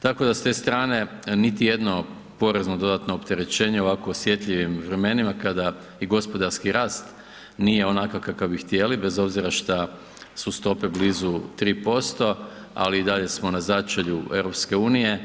Tako da s te strane niti jedno dodatno porezno opterećenje u ovako osjetljivim vremenima kada i gospodarski rast nije onakav kakav bi htjeli, bez obzira šta su stope blizu 3%, ali i dalje smo na začelju EU.